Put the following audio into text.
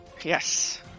Yes